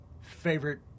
Favorite